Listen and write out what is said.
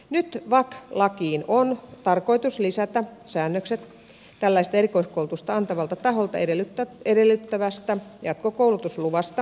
nyt vak lakiin on tarkoitus lisätä säännökset tällaista erikoiskoulutusta antavalta taholta edellytettävästä jatkokoulutusluvasta ja sen valvonnasta